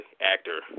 actor